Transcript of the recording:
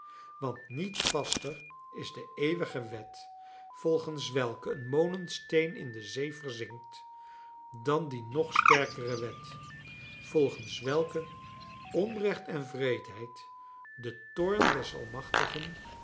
want niet vaster is de eeuwige wet volgens welke een molensteen in de zee verzinkt dan die nog sterkere wet volgens welke onrecht en wreedheid den toorn des almachtigen